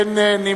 12, אין נמנעים.